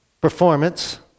performance